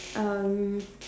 um